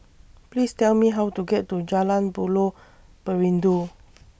Please Tell Me How to get to Jalan Buloh Perindu